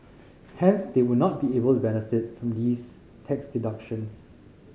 hence they would not be able to benefit from these tax deductions